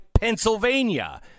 Pennsylvania